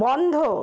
বন্ধ